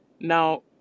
Now